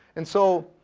and so,